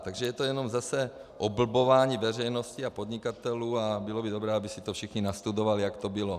Takže je to jenom zase oblbování veřejnosti a podnikatelů a bylo by dobré, aby si to všichni nastudovali, jak to bylo.